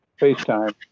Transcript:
FaceTime